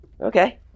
Okay